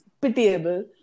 pitiable